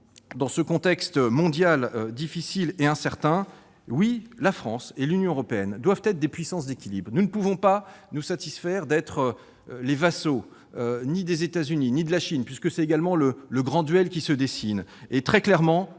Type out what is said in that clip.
Dans ce contexte mondial difficile et incertain, la France et l'Union européenne doivent être des puissances d'équilibre. Nous ne pouvons nous satisfaire d'être les vassaux des États-Unis ou de la Chine. Finalement, nous ne sommes